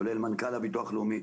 כולל מנכ"ל הביטוח הלאומי.